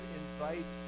invite